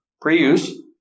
Pre-use